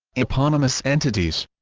eponymous entities